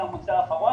שזה המוצא האחרון,